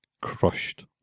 crushed